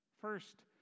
First